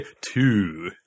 Two